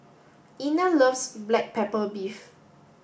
Ina loves black pepper beef